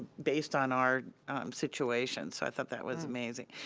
based on our situation, so i thought that was amazing.